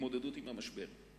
והתמודדות עם המשבר עם